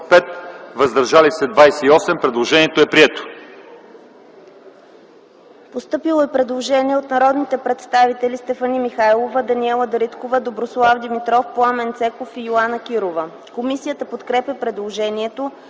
въздържали се 28. Предложението е прието.